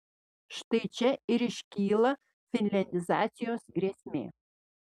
štai čia ir iškyla finliandizacijos grėsmė